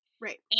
Right